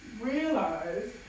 realize